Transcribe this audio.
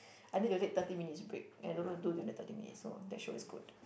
I need to take thirty minutes break and don't know do during that thirty minutes so that show is good